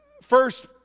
first